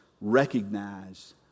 recognize